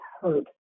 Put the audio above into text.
hurt